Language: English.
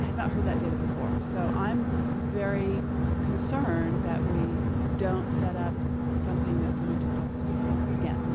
heard that heard that data before. so i'm very concerned that we don't set up something that's going to cause us to fail again.